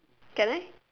can I